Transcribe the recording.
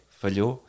falhou